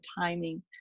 timing